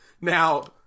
now